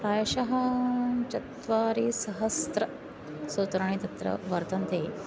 प्रायशः चत्वारिसहस्रसूत्राणि तत्र वर्तन्ते